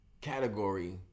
category